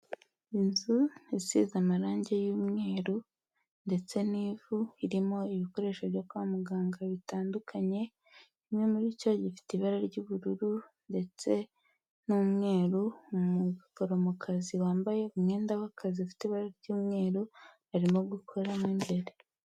Inzu isize amarangi y'umweru, ndetse n'ivu, irimo ibikoresho byo kwa muganga bitandukanye, imwe muri cyo gifite ibara ry'ubururu, ndetse n'umweru, umuforomokazi wambaye umwenda w'akazi ufite ibara ry'umweru, arimo gukoramo imbere.